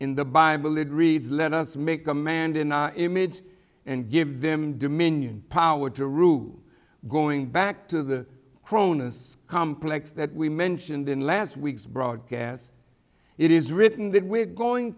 in the bible it reads let us make command in our image and give them dominion power to rule going back to the cronus complex that we mentioned in last week's broadcast it is written that we're going